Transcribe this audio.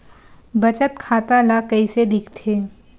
बचत खाता ला कइसे दिखथे?